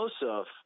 joseph